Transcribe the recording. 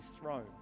throne